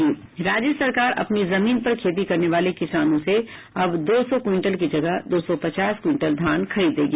राज्य सरकार अपनी जमीन पर खेती करने वाले किसानों से अब दो सौ क्विंटल की जगह दो सौ पचास क्विंटल धान खरीदेगी